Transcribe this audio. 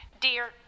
Dear